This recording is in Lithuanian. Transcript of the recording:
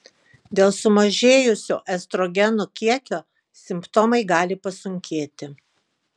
dėl sumažėjusio estrogenų kiekio simptomai gali pasunkėti